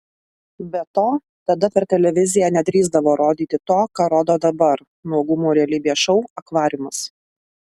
be to tada per televiziją nedrįsdavo rodyti to ką rodo dabar nuogumų realybės šou akvariumas